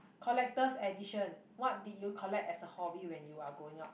collector's edition what did you collect as a hobby when you are growing up